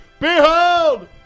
Behold